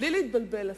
בלי להתבלבל אפילו.